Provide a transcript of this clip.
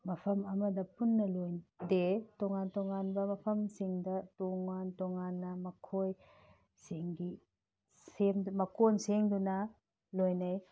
ꯃꯐꯝ ꯑꯃꯗ ꯄꯨꯟꯅ ꯂꯣꯏꯗꯦ ꯇꯣꯉꯥꯟ ꯇꯣꯉꯥꯟꯕ ꯃꯐꯝꯁꯤꯡꯗ ꯇꯣꯉꯥꯟ ꯇꯣꯉꯥꯟꯅ ꯃꯈꯣꯏꯁꯤꯡꯒꯤ ꯃꯀꯣꯟ ꯁꯦꯝꯗꯨꯅ ꯂꯣꯏꯅꯩ